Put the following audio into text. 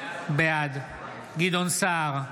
בעד גדעון סער,